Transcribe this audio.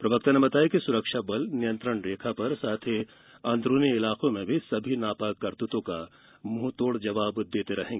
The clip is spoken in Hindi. प्रवक्ता ने बताया कि सुरक्षा बल नियंत्रण रेखा पर और अंदरूनी इलाकों में सभी नापाक करतूतों का मुंह तोड़ जवाब देता रहेगा